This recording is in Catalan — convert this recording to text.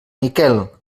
miquel